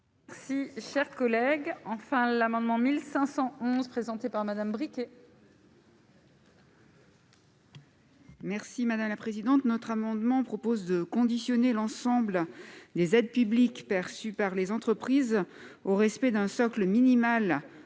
Si cher collègue, enfin, l'amendement 1511 présenté par Madame Bricq. Merci madame la présidente, notre amendement propose de conditionner l'ensemble des aides publiques perçues par les entreprises au respect d'un socle minimal